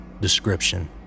Description